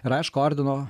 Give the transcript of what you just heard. ir aišku ordino